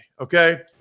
okay